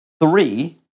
three